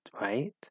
right